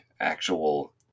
actual